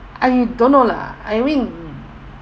I don't know lah I mean